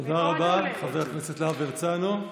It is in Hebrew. תודה רבה לחבר הכנסת להב הרצנו.